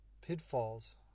pitfalls